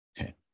Okay